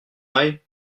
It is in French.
aille